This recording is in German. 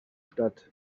statt